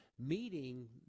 Meeting